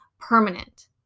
Permanent